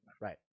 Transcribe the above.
right